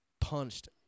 punched